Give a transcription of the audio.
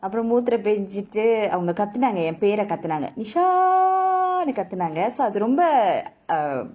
அப்புறம் மூத்தரம் பேஞ்சிட்டு அவங்க கத்தினாங்க என் பேர கத்தினாங்க:apparom mutharam penjitu avanga katthinaanga en pera kaththinaanga nishoo னு கத்தினாங்க:nu kathinaanga so அது ரொம்ப:athu romba um